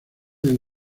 del